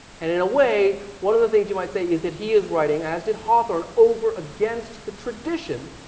and in a way, one of the things you might say is that he is writing, as did hawthorne, over against the tradition